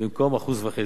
במקום 1.5%,